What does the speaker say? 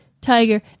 tiger